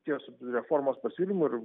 jos reformos pasiūlymų ir